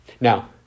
Now